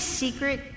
secret